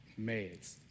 meds